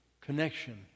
connection